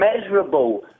measurable